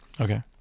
Okay